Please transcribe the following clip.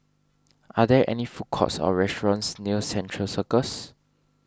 are there any food courts or restaurants near Central Circus